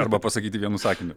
arba pasakyti vienu sakiniu